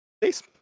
please